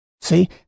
see